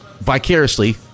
Vicariously